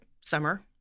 summer